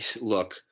look